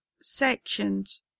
sections